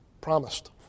promised